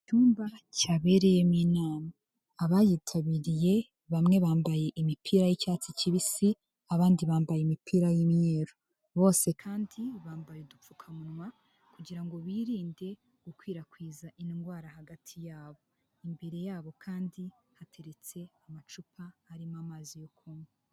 Icyumba cyabereyemo inama, abayitabiriye bamwe bambaye imipira y'icyatsi kibisi, abandi bambaye imipira y'imyeru, bose kandi bambaye udupfukamunwa, kugira ngo birinde gukwirakwiza indwara hagati yabo, imbere y'abo kandi hateretse amacupa arimo amazi yo kunywa.